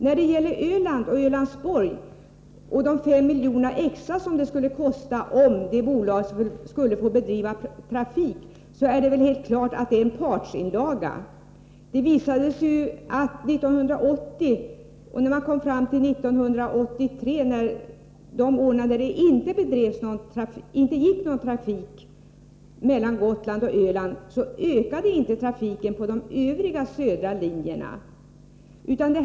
När det gäller Ölandsborg och de 5 miljoner extra som det skulle kosta om bolaget fick bedriva trafik är det helt klart att det rör sig om en partsinlaga. Det visade sig under 1980-1983, de år när det inte gick några båtar mellan Gotland och Öland, att trafiken på de övriga södra linjerna inte ökade.